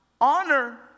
honor